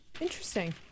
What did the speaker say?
Interesting